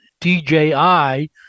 DJI